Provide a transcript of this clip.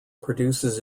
produces